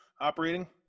operating